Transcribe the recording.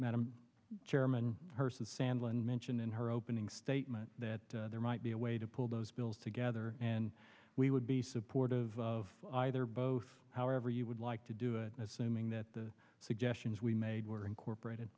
madam chairman herseth sandlin mentioned in her opening statement that there might be a way to pull those bills together and we would be supportive of either or both however you would like to do it assuming that the suggestions we made were incorporated